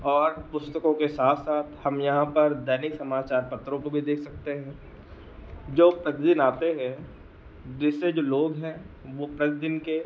और पुस्तकों के साथ साथ हम यहाँ पर दैनिक समाचार पत्रों को भी देख सकते हैं जो प्रतिदिन आते हैं जिससे जो लोग हैं वह प्रतिदिन के